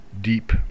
deep